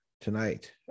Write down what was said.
tonight